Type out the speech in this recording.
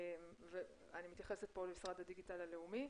אני מתייחסת פה למשרד הדיגיטל הלאומי.